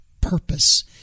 Purpose